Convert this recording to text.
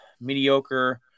mediocre